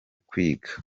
kwiga